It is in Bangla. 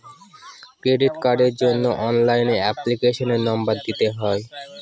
ক্রেডিট কার্ডের জন্য অনলাইনে এপ্লিকেশনের নম্বর দিতে হয়